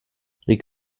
rick